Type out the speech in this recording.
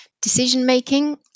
Decision-making